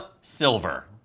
Silver